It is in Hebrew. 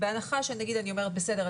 בהנחה שאני אומרת בסדר,